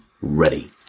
ready